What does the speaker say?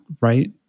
right